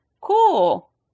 Cool